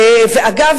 אגב,